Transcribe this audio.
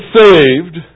saved